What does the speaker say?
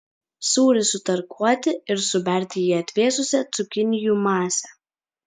sūrį sutarkuoti ir suberti į atvėsusią cukinijų masę